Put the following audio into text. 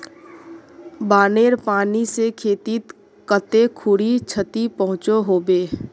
बानेर पानी से खेतीत कते खुरी क्षति पहुँचो होबे?